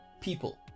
people